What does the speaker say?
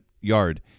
yard